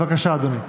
בבקשה, אדוני.